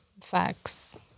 Facts